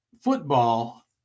football